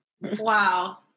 Wow